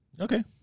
Okay